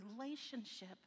relationship